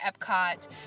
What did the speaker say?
Epcot